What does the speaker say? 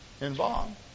involved